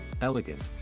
elegant